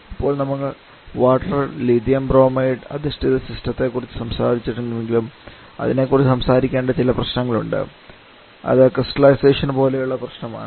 ഇപ്പോൾ നമ്മൾ water lithium bromide അധിഷ്ഠിത സിസ്റ്റത്തെക്കുറിച്ച് സംസാരിച്ചിട്ടുണ്ടെങ്കിലും അതിനെക്കുറിച്ച് സംസാരിക്കേണ്ട ചില പ്രശ്നങ്ങളുണ്ട് അത് ക്രിസ്റ്റലൈസേഷൻ പോലെയുള്ള പ്രശ്നമാണ്